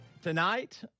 Tonight